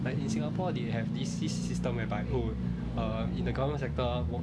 like in singapore they have this system whereby oh uh in the government sector